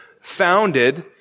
founded